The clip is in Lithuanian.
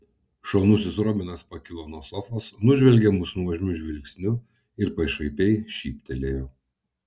šaunusis robinas pakilo nuo sofos nužvelgė mus nuožmiu žvilgsniu ir pašaipiai šyptelėjo